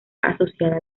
asociada